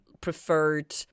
preferred